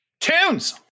Tunes